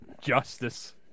justice